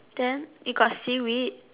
then it got seaweed